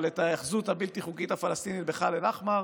אבל את ההיאחזות הבלתי-חוקית בח'אן אל-אחמר,